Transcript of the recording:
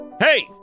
Hey